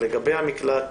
לגבי המקלט